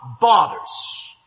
bothers